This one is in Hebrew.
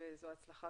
וההצלחה